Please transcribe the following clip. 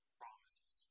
promises